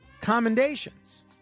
commendations